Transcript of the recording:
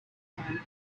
time